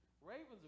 Ravens